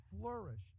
flourish